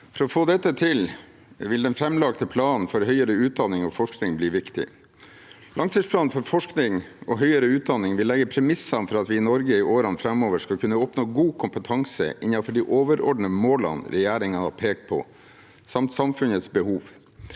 For å få dette til vil den framlagte planen for høyere utdanning og forskning bli viktig. Langtidsplanen for forskning og høyere utdanning vil legge premissene for at vi i Norge i årene framover skal kunne oppnå god kompetanse innenfor de overordnede målene regjeringen har pekt på, samt samfunnets behov.